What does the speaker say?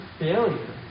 failure